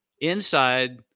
inside